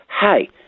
hey